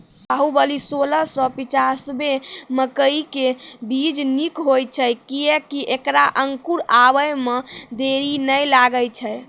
बाहुबली सोलह सौ पिच्छान्यबे मकई के बीज निक होई छै किये की ऐकरा अंकुर आबै मे देरी नैय लागै छै?